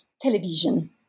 television